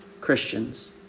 Christians